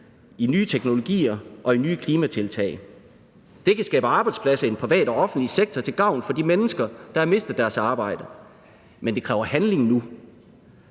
i nye teknologier og i nye klimatiltag. Det kan skabe arbejdspladser i både den private og den offentlige sektor til gavn for de mennesker, der har mistet deres arbejde, men det kræver handling nu,